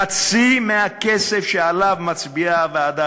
חצי מהכסף שעליו הוועדה מצביעה,